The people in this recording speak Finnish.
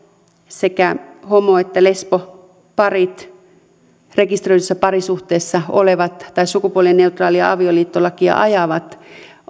sekä homo että lesboparit rekisteröidyssä parisuhteessa olevat tai sukupuolineutraalia avioliittolakia ajavat